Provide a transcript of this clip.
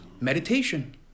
Meditation